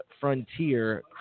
Frontier